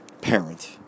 parent